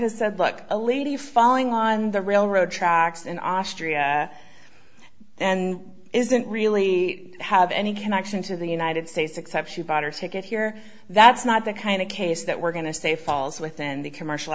has said look a lady falling on the railroad tracks in austria and isn't really have any connection to the united states except she bought her ticket here that's not the kind of case that we're going to say falls within the commercial